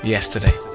Yesterday